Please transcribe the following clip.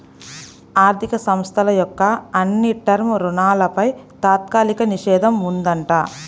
ఆర్ధిక సంస్థల యొక్క అన్ని టర్మ్ రుణాలపై తాత్కాలిక నిషేధం ఉందంట